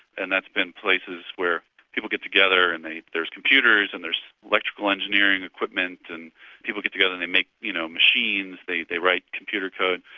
and that's been places where people get together and there's computers and there's electrical engineering equipment, and people get together and they make you know machines, they they write computer code.